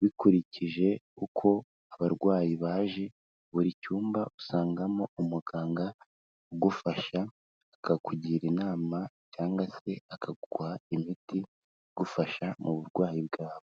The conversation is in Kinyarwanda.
bikurikije uko abarwayi baje, buri cyumba usangamo umuganga ugufasha akakugira inama cyangwa se akaguha imiti igufasha mu burwayi bwawe.